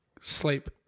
sleep